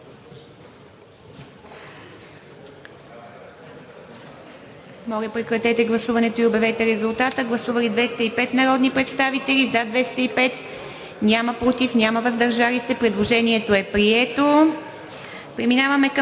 Моля, прекратете гласуването и обявете резултата. Гласували 204 народни представители: за 194, против 4, въздържали се 6. Предложението е прието.